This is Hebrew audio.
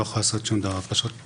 לא יכול לעשות שום דבר פשוט.